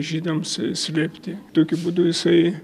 žydams slėpti tokiu būdu jisai